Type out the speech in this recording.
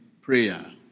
prayer